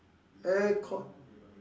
aircon